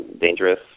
dangerous